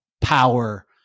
power